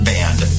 Band